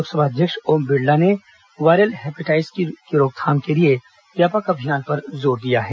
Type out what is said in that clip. लोकसभा अध्यक्ष ओम बिड़ला ने वायरल हेपेटाइटिस की रोकथाम के लिए व्यापक अभियान पर जोर दिया है